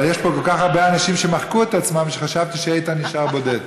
אבל יש פה כל כך הרבה אנשים שמחקו את עצמם שחשבתי שאיתן נשאר בודד.